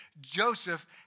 Joseph